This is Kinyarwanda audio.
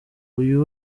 uyu